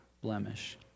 blemish